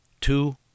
two